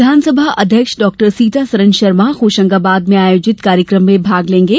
विधानसभा अध्यक्ष डाक्टर सीतासरण शर्मा होशंगाबाद में आयोजित कार्यक्रम में भाग लेंगे